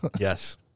Yes